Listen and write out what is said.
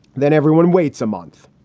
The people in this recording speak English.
then everyone waits a month,